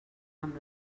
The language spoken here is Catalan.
amb